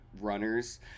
runners